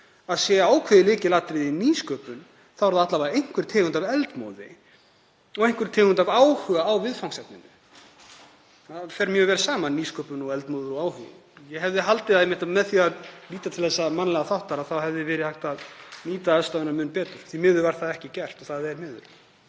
að sé ákveðið lykilatriði í nýsköpun er það alla vega einhver tegund af eldmóði og einhver tegund af áhuga á viðfangsefninu. Það fer mjög vel saman, nýsköpun, eldmóður og áhugi. Ég hefði haldið að einmitt með því að líta til mannlega þáttarins hefði verið hægt að nýta aðstæðurnar mun betur. En það var ekki gert og það er miður.